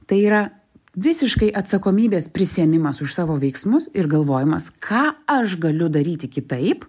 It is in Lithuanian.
tai yra visiškai atsakomybės prisiėmimas už savo veiksmus ir galvojimas ką aš galiu daryti kitaip